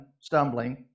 stumbling